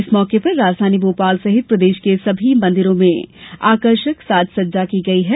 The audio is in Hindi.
इस अवसर पर राजधानी भोपाल सहित प्रदेश के सभी राममंदिरों में आकर्षक साज सज्जा की गयी है